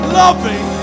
loving